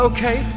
Okay